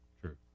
True